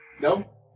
No